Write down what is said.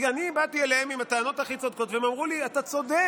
אני באתי אליהם עם הטענות הכי צודקות והם אמרו לי: אתה צודק,